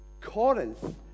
Corinth